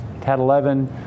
TAT11